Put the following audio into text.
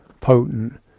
potent